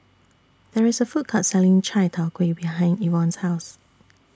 There IS A Food Court Selling Chai Tow Kway behind Evon's House